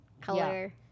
color